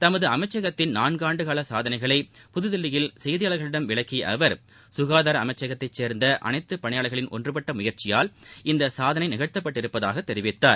தமது அமைச்சகத்தின் நான்காண்டுகால சாதனைகளை புதுதில்லியில் செய்தியாளர்களிடம் விளக்கிய அவர் அமைச்சகத்தை சேர்ந்த அளைத்து பணியாளர்களின் ஒன்றுபட்ட முயற்சியால் இந்த சாதனை சுகாதார நிகழ்த்தப்பட்டுள்ளதாக தெரிவித்தார்